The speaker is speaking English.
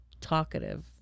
talkative